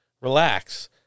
relax